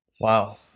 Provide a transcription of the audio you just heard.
Wow